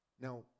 Now